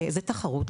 זה תחרות,